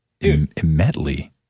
Immediately